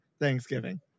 Thanksgiving